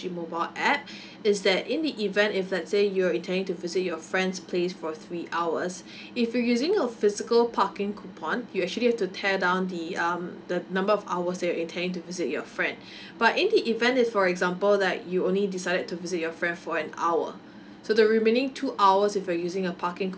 mobile app is that in the event if let's say you're intending to visit your friend's place for three hours if you're using a physical parking coupon you actually have to tear down the um the number of hours you are intending to visit your friend but in the event if for example like you only decided to visit your friend for an hour so the remaining two hours if you're using a parking coupon